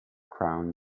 crown